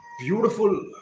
Beautiful